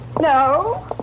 No